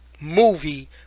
movie